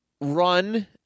run